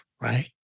right